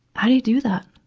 how do you do that?